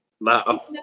No